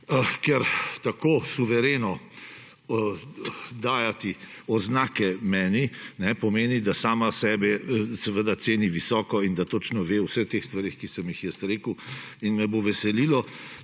ker tako suvereno dajati oznake meni, pomeni, da sama sebe ceni visoko in da točno ve o vseh teh stvareh, ki sem jih jaz rekel, in me bo veselilo,